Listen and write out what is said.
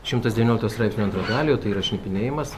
šimtas devyniolikto straipsnio antrą dalį o tai yra šnipinėjimas